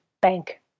bank